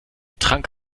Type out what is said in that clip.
trank